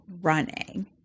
running